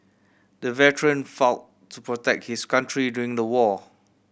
the veteran fought to protect his country during the war